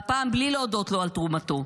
והפעם בלי להודות לו על תרומתו.